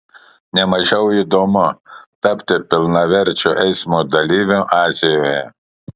ne mažiau įdomu tapti pilnaverčiu eismo dalyviu azijoje